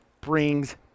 brings